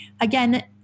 again